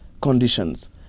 conditions